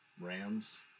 Rams